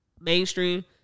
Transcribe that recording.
mainstream